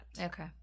Okay